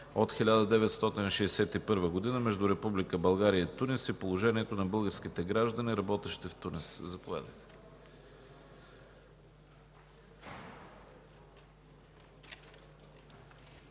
от 1961 г. между Република България и Тунис и положението на българските граждани, работещи в Тунис. Заповядайте.